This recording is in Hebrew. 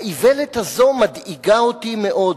האיוולת הזאת מדאיגה אותי מאוד.